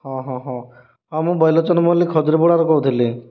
ହଁ ହଁ ହଁ ହଁ ମୁଁ ବଇଲୋଚନ ମଲ୍ଲିକ ଖଜୁରୀପଡ଼ାରୁ କହୁଥିଲି